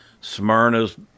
Smyrna's